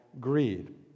greed